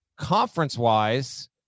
conference-wise